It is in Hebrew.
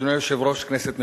אדוני היושב-ראש, כנסת נכבדה,